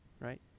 right